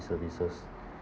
services